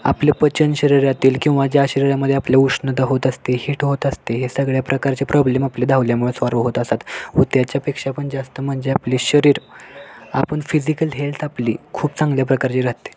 आपले पचन शरीरातील किंवा ज्या शरीरामध्ये आपले उष्णता होत असते हीट होत असते हे सगळ्या प्रकारचे प्रॉब्लेम आपले धावल्यामुळे स्वाल्व होत असतात व त्याच्यापेक्षा पण जास्त म्हणजे आपले शरीर आपण फिजिकल हेल्थ आपली खूप चांगल्या प्रकारची राहते